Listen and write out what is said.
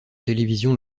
télévision